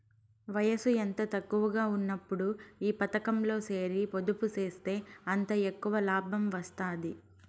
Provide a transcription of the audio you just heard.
వయసు ఎంత తక్కువగా ఉన్నప్పుడు ఈ పతకంలో సేరి పొదుపు సేస్తే అంత ఎక్కవ లాబం వస్తాది